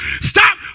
Stop